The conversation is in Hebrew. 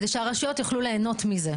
כדי שהרשויות יוכלו ליהנות מזה.